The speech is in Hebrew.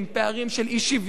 פערים של אי-שוויון,